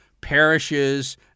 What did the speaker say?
parishes